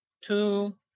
two